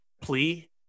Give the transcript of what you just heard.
plea